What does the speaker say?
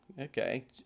Okay